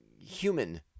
human